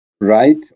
right